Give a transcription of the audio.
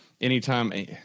Anytime